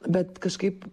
bet kažkaip